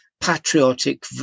patriotic